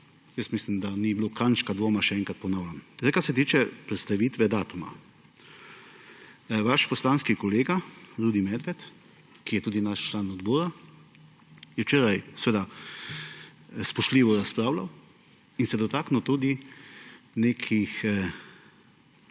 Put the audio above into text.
Mislim, da ni bilo kančka dvoma, še enkrat ponavljam. Kar se tiče prestavitve datuma, vaš poslanski kolega Rudi Medved, ki je tudi naš član odbora, je včeraj spoštljivo razpravljal in se dotaknil tudi nekih